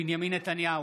בנימין נתניהו,